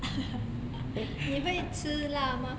你会吃辣吗